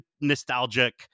nostalgic